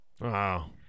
Wow